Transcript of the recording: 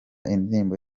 indirimbo